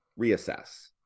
reassess